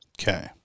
Okay